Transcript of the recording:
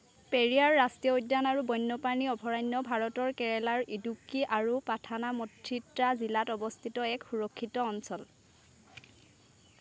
পেৰিয়াৰ ৰাষ্ট্ৰীয় উদ্যান আৰু বন্যপ্ৰাণী অভয়াৰণ্য ভাৰতৰ কেৰেলাৰ ইডুক্কি আৰু পাথানামথিট্টা জিলাত অৱস্থিত এক সুৰক্ষিত অঞ্চল